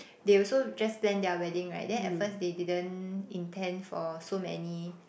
they also just plan their wedding right then at first they didn't intend for so many